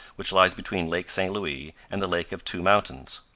which lies between lake st louis and the lake of two mountains.